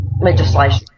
Legislation